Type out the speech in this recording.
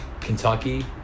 Kentucky